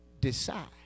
decide